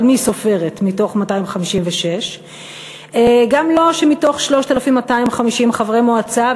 אבל מי סופרת מתוך 256. גם לא מתוך 3,250 חברי מועצה,